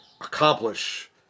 accomplish